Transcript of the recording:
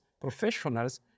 professionals